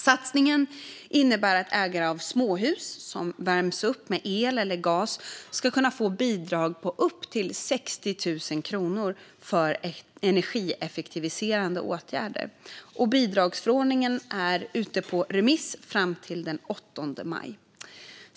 Satsningen innebär att ägare av småhus som värms upp med el eller gas ska kunna få bidrag på upp till 60 000 kronor för energieffektiviserande åtgärder. Bidragsförordningen är ute på remiss fram till den 8 maj.